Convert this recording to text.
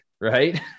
Right